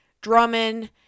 Drummond